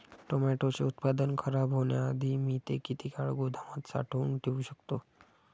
टोमॅटोचे उत्पादन खराब होण्याआधी मी ते किती काळ गोदामात साठवून ठेऊ शकतो?